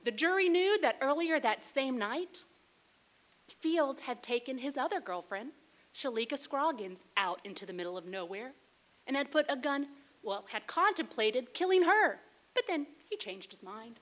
the jury knew that earlier that same night fields had taken his other girlfriend out into the middle of nowhere and had put a gun well had contemplated killing her but then he changed his mind